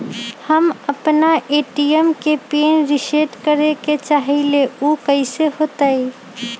हम अपना ए.टी.एम के पिन रिसेट करे के चाहईले उ कईसे होतई?